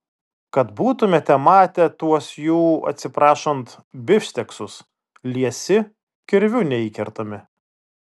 kad būtumėte matę tuos jų atsiprašant bifšteksus liesi kirviu neįkertami